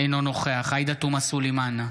אינו נוכח עאידה תומא סלימאן,